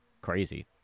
Crazy